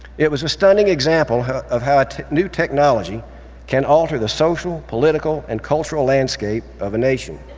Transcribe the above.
it was a stunning example of how new technology can alter the social, political, and cultural landscape of a nation.